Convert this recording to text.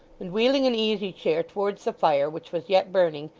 and wheeling an easy-chair towards the fire, which was yet burning,